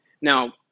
Now